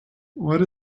what